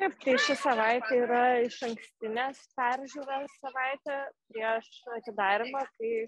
taip tai ši savaitė yra išankstinė peržiūra savaitė priešatidarymą tai